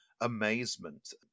amazement